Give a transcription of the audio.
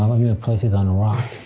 um i'm gonna place it on a rock.